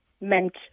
meant